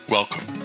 Welcome